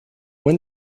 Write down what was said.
when